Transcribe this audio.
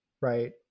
right